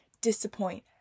disappoint